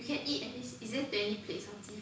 I can't eat and this isn't a place